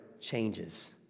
changes